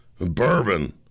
Bourbon